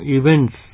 events